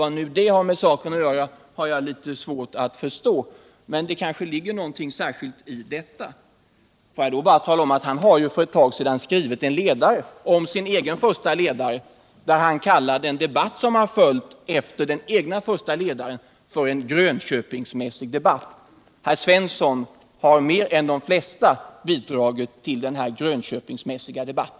Vad det har med saken att göra har jag svårt att förstå, men det kanske ligger någonting särskilt i detta. Jag vill då bara tala om att herr Fahlström för ett tag sedan har skrivit en ledare om sin egen ursprungliga ledare, där han kallar den debatt som har följt efter den första ledaren för en Grönköpingsmässig debatt. Herr Svensson har mer än de flesta bidragit till just denna Grönköpingsmässiga debatt.